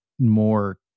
more